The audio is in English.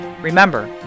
Remember